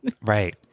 Right